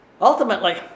Ultimately